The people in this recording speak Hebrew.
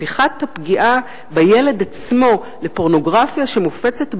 הפיכת הפגיעה בילד עצמו לפורנוגרפיה שמופצת ברבים,